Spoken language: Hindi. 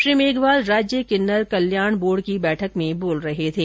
श्री मेघवाल राज्य किन्नर कल्याण बोर्ड की बैठक में बोल रहे थे